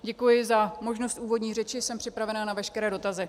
Děkuji za možnost úvodní řeči, jsem připravena na veškeré dotazy.